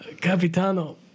Capitano